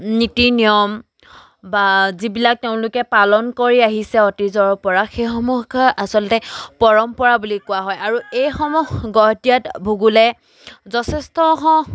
নীতি নিয়ম বা যিবিলাক তেওঁলোকে পালন কৰি আহিছে অতীজৰ পৰা সেইসমূহকে আচলতে পৰম্পৰা বুলি কোৱা হয় আৰু এইসমূহ ভূগোলে যথেষ্ট